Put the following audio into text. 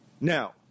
Now